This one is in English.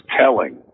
telling